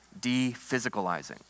de-physicalizing